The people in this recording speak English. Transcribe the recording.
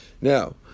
Now